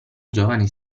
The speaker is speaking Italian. giovane